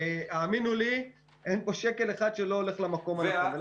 האמינו לי, אין פה שקל אחד שלא הולך למקום הנכון.